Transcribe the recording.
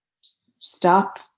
stop